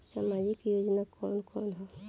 सामाजिक योजना कवन कवन ह?